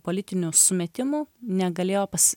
politinių sumetimų negalėjo pas